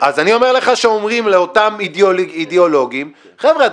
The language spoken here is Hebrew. אז אני אומר לך שאומרים לאותם אידיאולוגים: חבר'ה,